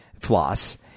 floss